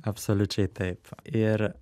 absoliučiai taip ir